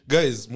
Guys